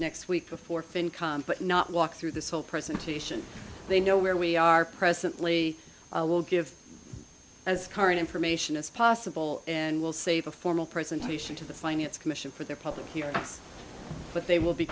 next week before but not walk through this whole presentation they know where we are presently will give as current information as possible and we'll save a formal presentation to the finance commission for their public hearings but they will be